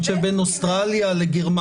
אני חושב בין אוסטרליה לגרמניה.